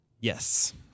Yes